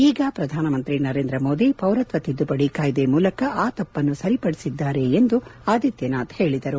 ಈಗ ಪ್ರಧಾನಮಂತ್ರಿ ನರೇಂದ್ರಮೋದಿ ಪೌರತ್ವ ತಿದ್ದುಪಡಿ ಕಾಯ್ದೆ ಮೂಲಕ ಆ ತಪ್ಪನ್ನು ಸರಿಪಡಿಸಿದ್ದಾರೆ ಎಂದು ಆದಿತ್ಲನಾಥ್ ಹೇಳದರು